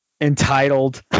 entitled